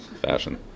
Fashion